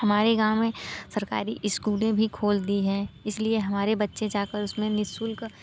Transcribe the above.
हमारे गाँव में सरकारी स्कूलें भी खोल दी हैं इसलिए हमारे बच्चे जाकर उसमें नि शुल्क